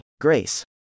Grace